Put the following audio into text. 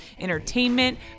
entertainment